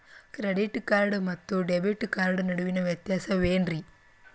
Credit card ಮತ್ತು debit card ನಡುವಿನ ವ್ಯತ್ಯಾಸ ವೇನ್ರೀ?